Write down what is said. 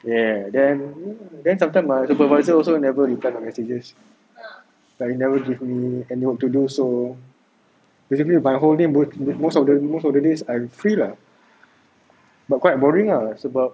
ya then then sometime my supervisor also never reply my messages like never give me any work to do so basically my whole day most of the most of the days I'm free lah but quite boring lah sebab